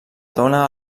dóna